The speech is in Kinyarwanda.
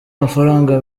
amafaranga